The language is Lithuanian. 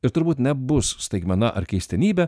ir turbūt nebus staigmena ar keistenybė